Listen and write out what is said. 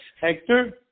Hector